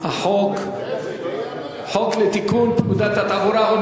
חוק לתיקון פקודת התעבורה.